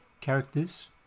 characters